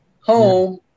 home